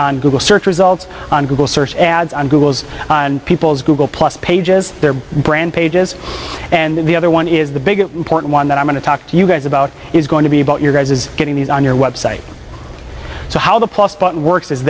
on google search results on google search ads on google's people's google plus pages their brand pages and the other one is the big important one that i'm going to talk to you guys about is going to be about you guys is getting these on your website so how the plus button works